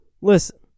listen